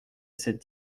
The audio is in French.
cette